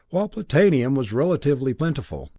while platinum was relatively plentiful.